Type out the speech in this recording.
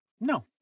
No